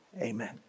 amen